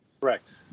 Correct